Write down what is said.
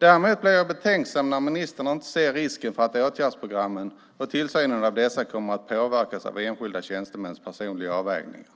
Däremot blir jag betänksam när ministern inte ser risken för att åtgärdsprogrammen och tillsynen av dessa kommer att påverkas av enskilda tjänstemäns personliga avvägningar.